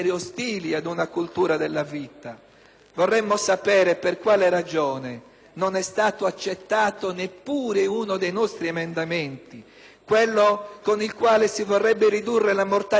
vorremmo sapere per quale ragione non è stato accettato neppure uno dei nostri emendamenti: quello con cui si vorrebbe ridurre la mortalità da parto in Afghanistan;